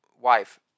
Wife